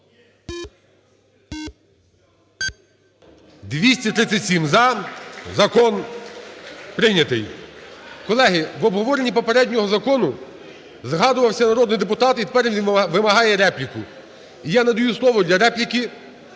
За-237 Закон прийнятий. Колеги, в обговоренні попереднього закону згадувався народний депутат, і тепер він вимагає репліку. І я надаю слово для репліки